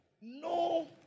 no